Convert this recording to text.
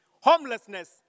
homelessness